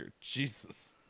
Jesus